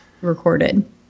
recorded